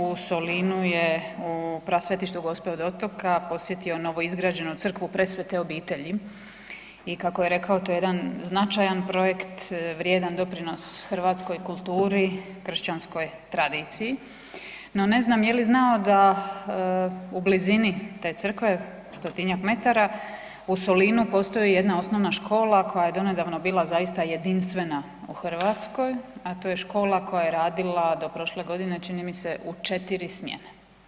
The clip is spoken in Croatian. U Solinu je u Prasvetištu Gospe od Otoka posjetio novo izgrađenu crkvu Presvete obitelji i kako je rekao to je jedan značajan projekt, vrijedan doprinos hrvatskoj kulturi, kršćanskoj tradiciji, no ne znam je li znao da u blizini te Crkve, 100-tinjak metara u Solinu postoji jedna osnovna škola koje je donedavno bila zaista jedinstvena u Hrvatskoj, a to je škola koja je radila do prošle godine čini mi se u četiri smjene.